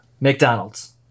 McDonald's